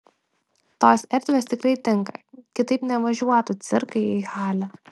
tos erdvės tikrai tinka kitaip nevažiuotų cirkai į halę